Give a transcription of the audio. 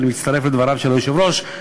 אני מצטרף לדבריו של היושב-ראש,